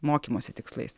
mokymosi tikslais